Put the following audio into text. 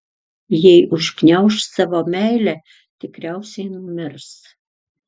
jei užgniauš savo meilę tikriausiai numirs